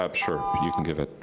um sure, you can give it